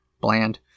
bland